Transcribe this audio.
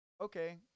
Okay